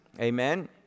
Amen